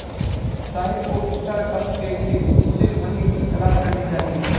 साहिल को स्टार्टअप के लिए सीड मनी की तलाश करनी चाहिए